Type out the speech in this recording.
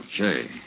Okay